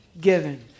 given